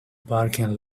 parking